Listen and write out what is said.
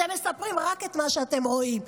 אתם מספרים רק את מה שאתם רואים.